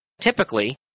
typically